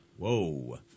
Whoa